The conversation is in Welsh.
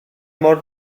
mor